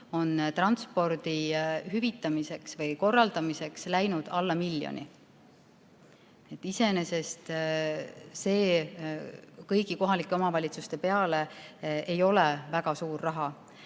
on transpordi hüvitamiseks või korraldamiseks läinud veidi alla miljoni. Iseenesest see kõigi kohalike omavalitsuste peale ei ole väga suur raha